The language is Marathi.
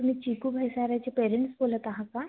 तुम्ही चिकू भायसाराचे पेरेंट्स बोलत आहा का